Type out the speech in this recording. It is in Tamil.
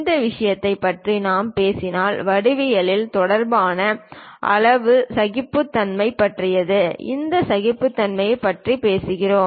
இந்த விஷயங்களைப் பற்றி நாம் பேசினால் வடிவியல் தொடர்பான அளவு சகிப்புத்தன்மை பற்றியது இந்த சகிப்புத்தன்மையைப் பற்றியும் பேசுகிறோம்